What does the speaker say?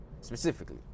specifically